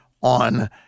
on